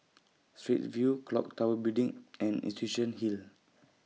Straits View Clock Tower Building and Institution Hill